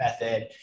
method